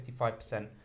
55%